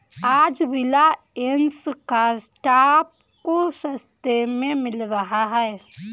आज रिलायंस का स्टॉक सस्ते में मिल रहा है